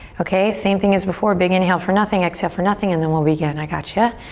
okay, same thing as before, big inhale for nothing. exhale for nothing and then we'll begin. i got ya.